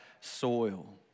soil